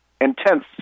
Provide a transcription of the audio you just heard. intense